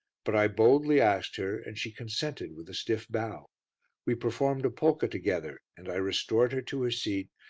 but i boldly asked her and she consented with a stiff bow we performed a polka together and i restored her to her seat,